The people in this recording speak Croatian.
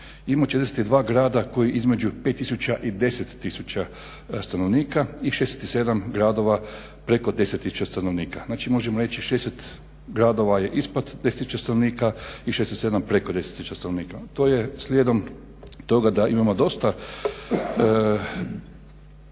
Ima 42 grada koji između 5000 i 10000 stanovnika i 67 gradova preko 10000 stanovnika. Znači, možemo reći 60 gradova je ispod 10000 stanovnika i 67 preko 10000 stanovnika. To je slijedom toga da imamo dosta